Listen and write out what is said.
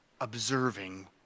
observing